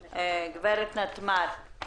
גברת נתמר הלל ממשרד החינוך.